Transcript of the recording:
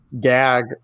gag